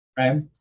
right